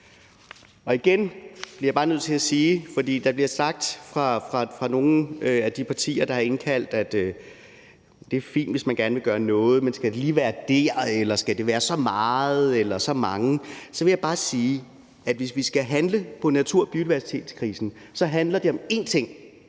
Og igen bliver jeg bare nødt til at sige, fordi der fra nogle af de partier, der har indkaldt, bliver sagt, at det er fint, hvis man gerne vil gøre noget, men også spurgt, om det lige skal være det, eller om det skal være så meget eller så mange, at det, hvis vi skal handle på natur- og biodiversitetskrisen, så handler om én ting,